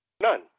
None